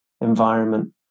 environment